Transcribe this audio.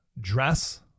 dress